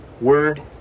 word